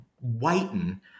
whiten